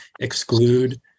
exclude